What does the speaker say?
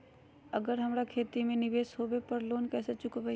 अगर हमरा खेती में निवेस होवे पर लोन कैसे चुकाइबे?